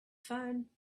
phone